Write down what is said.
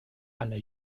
einer